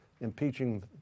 impeaching